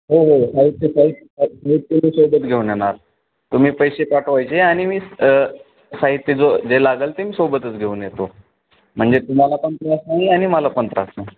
हो हो हो साहित्य ते मी सोबत घेऊन येणार तुम्ही पैसे पाठवायचे आणि मी साहित्य जो जे लागेल ते मी सोबतच घेऊन येतो म्हणजे तुम्हाला पण त्रास नाही आणि मला पण त्रास नाही